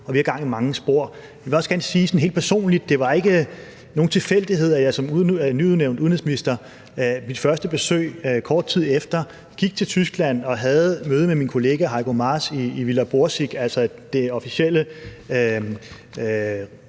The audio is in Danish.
og vi har gang i mange spor. Jeg vil også gerne sige sådan helt personligt, at det ikke var nogen tilfældighed, at mit første besøg som nyudnævnt udenrigsminister – kort tid efter – gik til Tyskland, hvor jeg havde et møde med min kollega Heiko Maas i Villa Borsig, altså den officielle